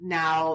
now